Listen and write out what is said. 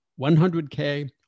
100K